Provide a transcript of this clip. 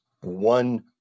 one